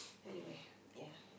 anyway ya